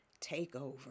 takeover